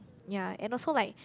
ya and also like